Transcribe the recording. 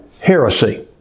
heresy